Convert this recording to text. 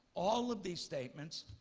all of these statements,